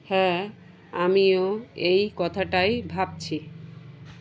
হ্যাঁ আমিও এই কথাটাই ভাবছি